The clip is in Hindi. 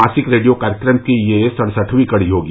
मासिक रेडियो कार्यक्रम की यह सड़सठवीं कड़ी होगी